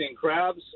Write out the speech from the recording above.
crabs